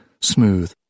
smooth